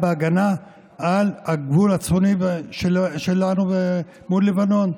בהגנה על הגבול הצפוני שלנו מול לבנון.